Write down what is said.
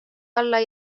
alla